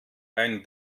ein